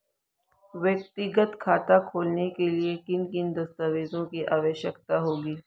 व्यक्तिगत खाता खोलने के लिए किन किन दस्तावेज़ों की आवश्यकता होगी?